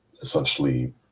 essentially